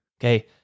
Okay